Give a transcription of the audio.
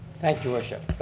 thanks your worship,